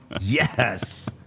Yes